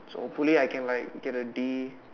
so hopefully I can like get a D